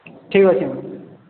ଠିକ୍ ଅଛି ମ୍ୟାମ